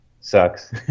sucks